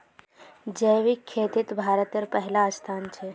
जैविक खेतित भारतेर पहला स्थान छे